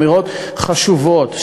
אמירות חשובות,